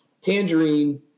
Tangerine